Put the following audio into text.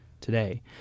today